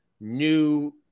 new